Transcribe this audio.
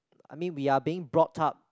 I mean we are being brought up